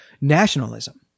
nationalism